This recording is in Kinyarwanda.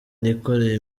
nikoreye